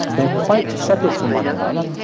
they are quite separate from one another,